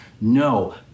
no